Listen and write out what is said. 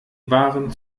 waren